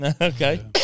Okay